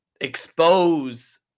expose